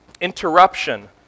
interruption